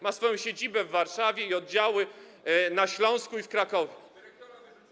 Ma swoją siedzibę w Warszawie i oddziały na Śląsku i w Krakowie.